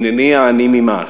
"הנני העני ממעש".